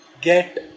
get